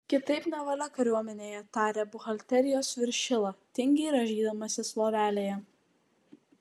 kitaip nevalia kariuomenėje tarė buhalterijos viršila tingiai rąžydamasis lovelėje